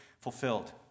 fulfilled